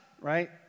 right